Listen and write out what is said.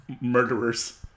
murderers